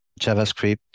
JavaScript